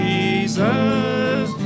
Jesus